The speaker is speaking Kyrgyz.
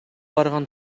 барган